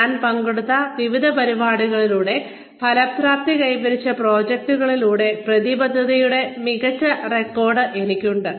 ഞാൻ പങ്കെടുത്ത വിവിധ വിദ്യാർത്ഥി പ്രവർത്തനങ്ങളിലൂടെ അല്ലെങ്കിൽ പ്രദർശിപ്പിച്ച വിവിധ പരിപാടികളിലൂടെ ഫലപ്രാപ്തി കൈവരിച്ച പ്രോജക്ടുകളിലൂടെ പ്രതിബദ്ധതയുടെ മികച്ച റെക്കോർഡ് എനിക്കുണ്ട്